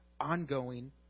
ongoing